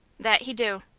that he do.